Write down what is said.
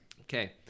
Okay